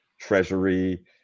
Treasury